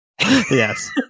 Yes